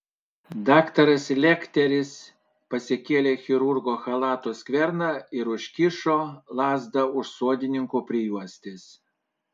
daktaras lekteris pasikėlė chirurgo chalato skverną ir užkišo lazdą už sodininko prijuostės